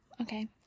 Okay